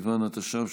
בסיוון התש"ף,